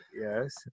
Yes